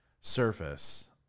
surface